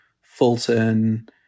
Fulton